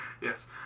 yes